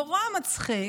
נורא מצחיק